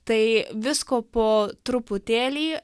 tai visko po truputėlį